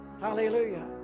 Hallelujah